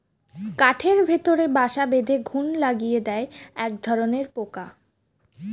কাঠের ভেতরে বাসা বেঁধে ঘুন লাগিয়ে দেয় একধরনের পোকা